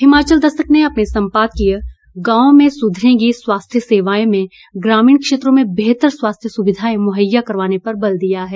हिमाचल दस्तक ने अपने सम्पादकीय गांव में सुधरेंगी स्वास्थ्य सेवाएं में ग्रामीण क्षेत्रों में बेहतर स्वास्थ्य सुविधाएं मुहैया करवाने पर बल दिया है